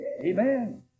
Amen